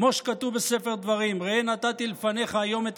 כמו שכתוב בספר דברים: "ראה נתתי לפניך היום את